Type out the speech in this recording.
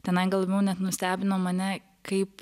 tenai gal labiau net nustebino mane kaip